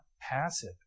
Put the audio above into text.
passive